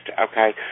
okay